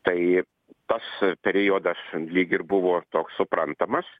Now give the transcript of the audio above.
tai tas periodas lyg ir buvo toks suprantamas